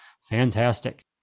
fantastic